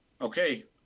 okay